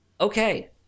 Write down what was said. Okay